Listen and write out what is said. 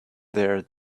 there